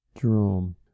Jerome